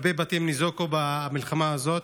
הרבה בתים ניזוקו במלחמה הזאת.